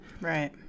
right